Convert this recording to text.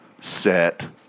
set